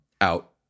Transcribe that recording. out